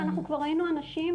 ואנחנו כבר ראינו אנשים,